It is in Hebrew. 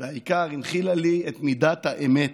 והעיקר, הנחילה לי את מידת האמת,